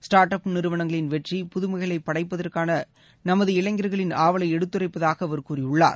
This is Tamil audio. ஸ்டார்ட் அப் நிறுவனங்களின் வெற்றி புதுமைகளைப் படைப்பதற்கான நமது இளைஞர்களின் ஆவலை எடுத்துரைப்பதாக அவர் கூறியுள்ளார்